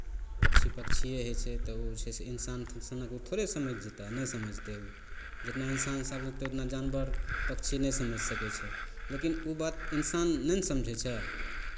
पक्षी पक्षीए होइ छै तऽ ओ छै से इनसान तिनसानक ओ थोड़े समझि जेतै नहि समझतै ओ जितना इनसान समझतै उतना जानवर पक्षी नहि समझि सकै छै लेकिन ओ बात इनसान नहि ने समझै छै